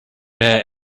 bear